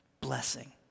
blessing